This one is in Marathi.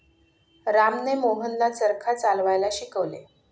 रामने मोहनला चरखा चालवायला शिकवले